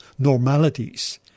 normalities